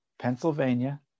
Pennsylvania